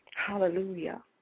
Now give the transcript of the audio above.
Hallelujah